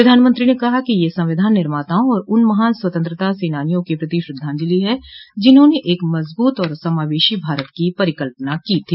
प्रधानमंत्री ने कहा कि यह संविधान निर्माताओं और उन महान स्वतंत्रता सेनानियों के प्रति श्रद्धांजलि है जिन्होंने एक मजबूत और समावेशी भारत की परिकल्पना की थी